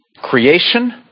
creation